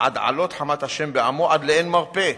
עד עלות חמת ה' בעמו עד לאין מרפא.